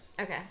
Okay